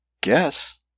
guess